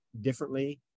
differently